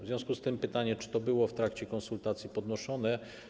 W związku z tym pytania: Czy to było w trakcie konsultacji podnoszone?